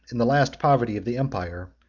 in the last poverty of the empire,